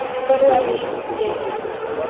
further ambitions jane had none.